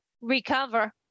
Recover